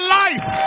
life